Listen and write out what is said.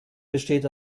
besteht